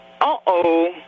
uh-oh